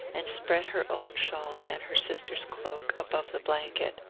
and spread her own shawl and her sister's cloak above the blanket.